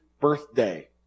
birthday